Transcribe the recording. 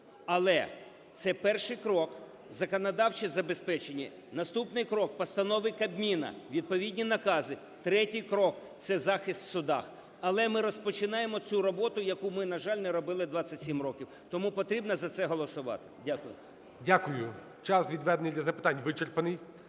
Але це перший крок – законодавче забезпечення, наступний крок – постанови Кабміну, відповідні накази, третій крок – це захист в судах. Але ми розпочинаємо цю роботу, яку ми, на жаль, не робили 27 років. Тому потрібно за це голосувати. Дякую. ГОЛОВУЮЧИЙ. Дякую. Час, відведений для запитань, вичерпаний.